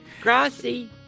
Grassy